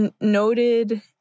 noted